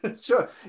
Sure